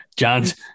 John's